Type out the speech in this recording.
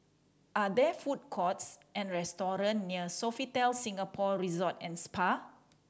are there food courts or restaurants near Sofitel Singapore Resort and Spa